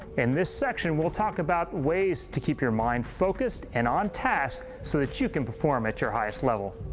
in this section we'll talk about ways to keep your mind focused and on task so that you can perform at your highest level.